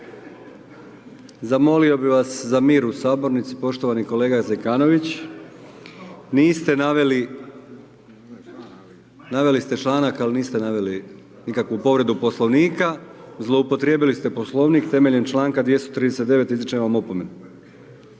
zamolio bih vas za mir u Sabornici. Poštovani kolega Zekanović, niste naveli, naveli ste članak, ali niste naveli nikakvu povredu Poslovnika, zloupotrijebili ste Poslovnik temeljem čl. 239.